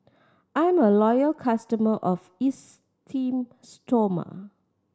I'm a loyal customer of Esteem Stoma